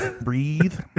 Breathe